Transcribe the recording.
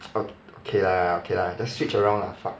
okay lah okay lah just switch around lah fuck